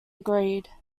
agreed